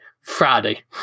Friday